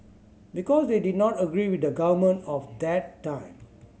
because they did not agree with the government of that time